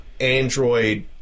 android